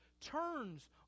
turns